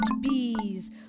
bees